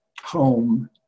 home